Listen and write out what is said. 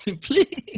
Please